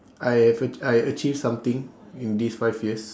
I have a~ I achieved something in this five years